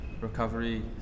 recovery